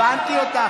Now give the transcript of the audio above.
הבנתי אותך.